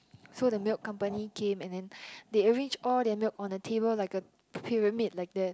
so the milk company came and then they arrange all the milk on the table like a pyramid like that